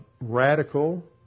radical